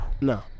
No